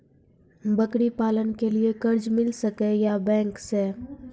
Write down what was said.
बकरी पालन के लिए कर्ज मिल सके या बैंक से?